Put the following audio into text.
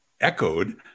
echoed